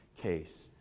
case